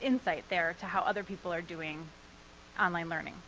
insight there to how other people are doing online learning.